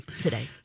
today